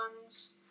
ones